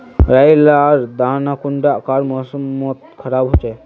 राई लार दाना कुंडा कार मौसम मोत खराब होचए?